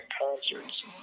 concerts